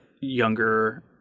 younger